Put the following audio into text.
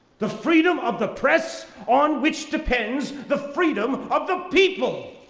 the freedom of the press on which depends the freedom of the people!